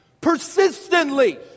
persistently